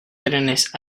trenes